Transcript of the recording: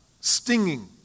stinging